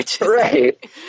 Right